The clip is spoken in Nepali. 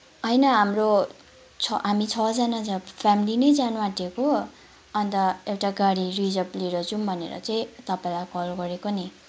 होइन हाम्रो छ हामी छजना जा फ्यामिली नै जानआँटेको अन्त एउटा गाडी रिजर्भ लिएर जाउँ भनेर चाहिँ तपाईँलाई कल गरेको नि